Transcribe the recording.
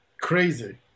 Crazy